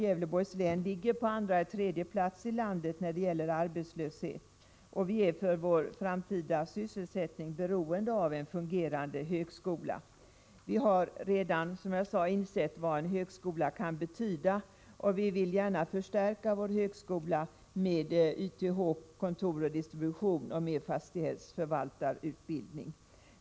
Gävleborgs län ligger på andra eller tredje plats när det gäller arbetslöshet. Vi är för vår framtida sysselsättning beroende av en fungerande högskola. Vi har, som sagt, redan insett vad en högskola kan betyda för en ort, och vi vill gärna förstärka vår högskola med utbildningarna YTH, kontor och distribution samt fastighetsförvaltarutbildning.